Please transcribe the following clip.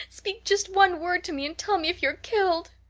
speak just one word to me and tell me if you're killed.